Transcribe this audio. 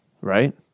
right